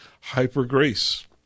hyper-grace